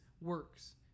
works